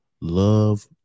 love